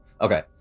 Okay